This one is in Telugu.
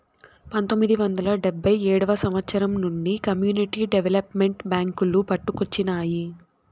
పంతొమ్మిది వందల డెబ్భై ఏడవ సంవచ్చరం నుండి కమ్యూనిటీ డెవలప్మెంట్ బ్యేంకులు పుట్టుకొచ్చినాయి